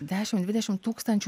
dešim dvidešim tūkstančių